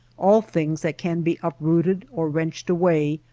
all things that can be uprooted or wrenched away,